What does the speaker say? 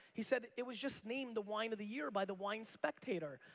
he said, it was just named the wine of the year by the wine spectator.